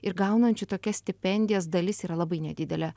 ir gaunančių tokias stipendijas dalis yra labai nedidelė